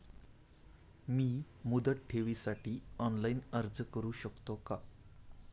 मी मुदत ठेवीसाठी ऑनलाइन अर्ज करू शकतो का?